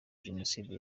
jenoside